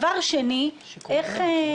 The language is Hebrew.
ואנחנו באמצע עונת הגשמים, היא עדיין לא הסתיימה.